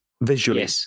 visually